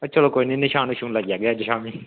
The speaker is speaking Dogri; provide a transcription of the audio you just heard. ते चलो कोई निं नशान लग्गी जाह्गे अज्ज शामीं